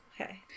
Okay